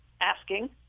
asking